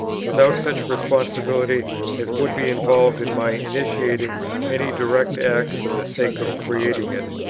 without such responsibility as would be involved in my initiating any direct act for the sake of creating it.